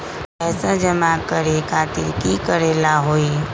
पैसा जमा करे खातीर की करेला होई?